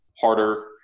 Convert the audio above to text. harder